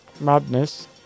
Madness